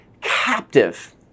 captive